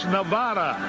Nevada